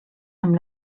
amb